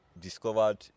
discovered